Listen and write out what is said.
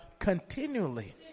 continually